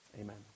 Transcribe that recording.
amen